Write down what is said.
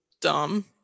dumb